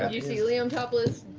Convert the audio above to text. you see liam topless,